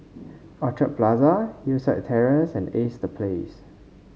Orchard Plaza Hillside Terrace and Ace The Place